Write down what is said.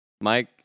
Mike